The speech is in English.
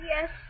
Yes